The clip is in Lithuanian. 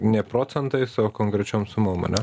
ne procentais o konkrečiom sumom ane